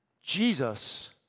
Jesus